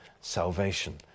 salvation